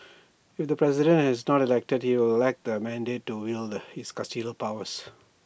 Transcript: if the president is not elected he will lack the mandate to wield his custodial powers